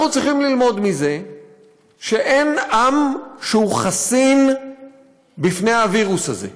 אנחנו צריכים ללמוד מזה שאין עם שהוא חסין בפני הווירוס הזה.